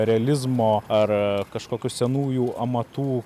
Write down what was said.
realizmo ar kažkokių senųjų amatų